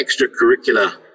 extracurricular